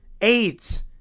AIDS